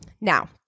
Now